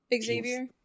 Xavier